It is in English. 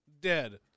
Dead